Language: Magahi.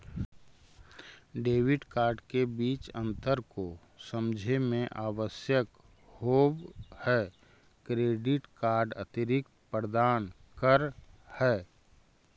डेबिट कार्ड के बीच अंतर को समझे मे आवश्यक होव है क्रेडिट कार्ड अतिरिक्त प्रदान कर है?